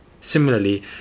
Similarly